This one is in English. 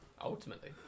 Ultimately